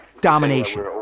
domination